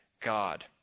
God